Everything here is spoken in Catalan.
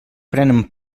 prenen